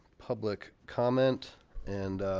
public comment and